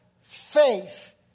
faith